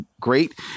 great